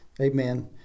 Amen